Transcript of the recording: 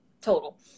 total